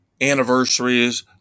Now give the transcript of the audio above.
anniversaries